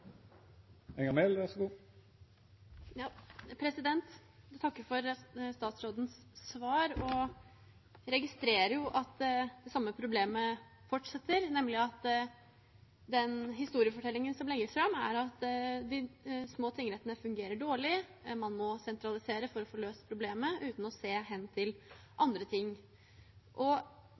Jeg takker for statsrådens svar. Jeg registrerer jo at det samme problemet fortsetter, nemlig at historiefortellingen som legges fram, er at de små tingrettene fungerer dårlig – man må sentralisere for å få løst problemet uten å se hen til andre ting.